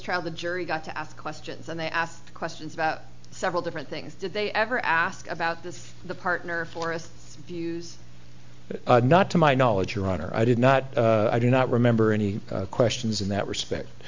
trial the jury got to ask questions and they asked questions about several different things did they ever ask about this the partner for us use not to my knowledge your honor i did not i do not remember any questions in that respect